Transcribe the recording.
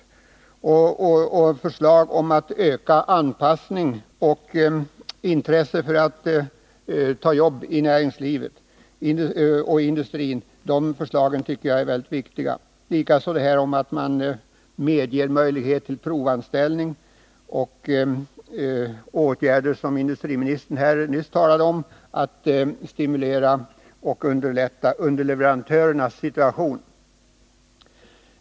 Jag vill också framhålla förslagen om att öka anpassningen mellan arbetssökande och efterfrågan i näringslivet och öka intresset för att ta jobb i industrin. De förslagen är väldigt viktiga. Det är också förslaget om att medge möjlighet till provanställning samt de åtgärder som industriministern nyss talade om, nämligen att stimulera och underlätta underleverantörernas situation.